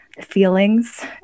feelings